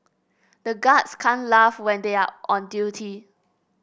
the guards can't laugh when they are on duty